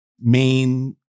main